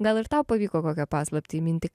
gal ir tau pavyko kokią paslaptį įminti